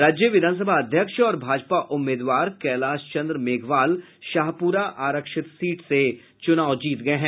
राज्य विधानसभा अध्यक्ष और भाजपा उम्मीदवार कैलाश चंद्र मेघवाल शाहपुरा आरक्षित सीट से चुनाव जीत गए हैं